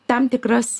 tam tikras